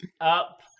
up